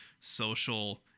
social